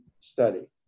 study